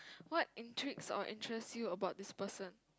what intrigues or interest you about this person